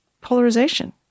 polarization